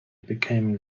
became